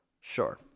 Sure